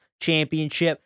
championship